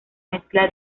mezcla